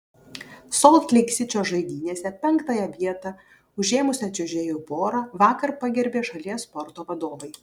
solt leik sičio žaidynėse penktąją vietą užėmusią čiuožėjų porą vakar pagerbė šalies sporto vadovai